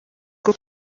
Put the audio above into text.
bwo